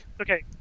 Okay